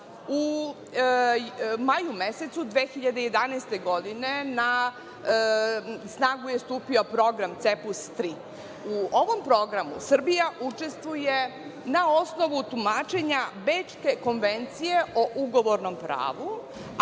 U maju mesecu 2011. godine na snagu je stupio program CEEPUS III. U ovom programu Srbija učestvuje na osnovu tumačenja Bečke konvencije o ugovornom pravu,